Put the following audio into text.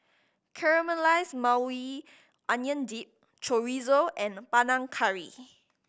Caramelize Maui Onion Dip Chorizo and Panang Curry